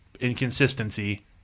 Inconsistency